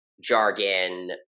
jargon